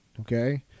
okay